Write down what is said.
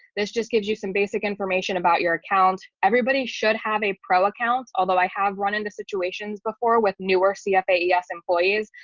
this just gives you some basic information about your account. everybody should have a pro account although i have run into situations before with newer cfa yes, employees,